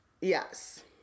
yes